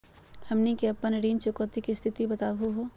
हमनी के अपन ऋण चुकौती के स्थिति बताहु हो?